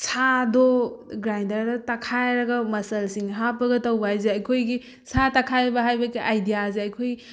ꯁꯥꯗꯣ ꯒ꯭ꯔꯥꯟꯗꯔꯗ ꯇꯛꯈꯥꯏꯔꯒ ꯃꯆꯜꯁꯤꯡ ꯍꯥꯞꯄꯒ ꯇꯧꯕ ꯍꯥꯏꯁꯦ ꯑꯩꯈꯣꯏꯒꯤ ꯁꯥ ꯇꯛꯈꯥꯏꯕ ꯍꯥꯏꯕꯒꯤ ꯑꯥꯏꯗꯤꯌꯥꯁꯦ ꯑꯩꯈꯣꯏ